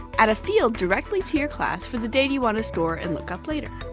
add a field directly to your class for the data you want to store and look up later.